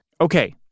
Okay